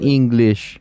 English